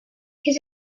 his